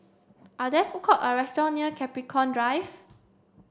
are there food court or restaurant near Capricorn Drive